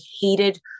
hated